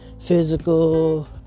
Physical